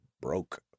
broke